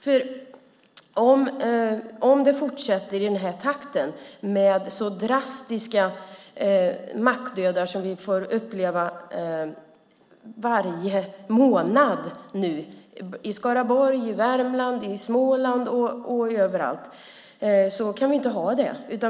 Det kan inte fortsätta i den här takten, med en sådan drastisk mackdöd som vi får uppleva varje månad i Skaraborg, i Värmland, i Småland och överallt. Så kan vi inte ha det.